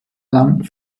lang